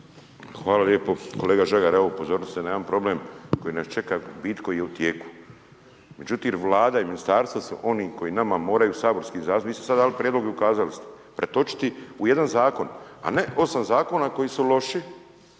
Hvala lijepo. Kolega Žagar, evo upozorili ste na jedan problem koji nas čeka, bit koja je u tijeku, međutim Vlada i ministarstvo su oni koji nama moraju saborskim zastupnicima, vi ste sada dali prijedlog i ukazali ste, pretočiti u jedan zakon a ne 8 zakona koji su loši